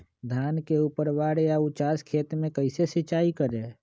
धान के ऊपरवार या उचास खेत मे कैसे सिंचाई करें?